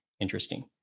interesting